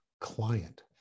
client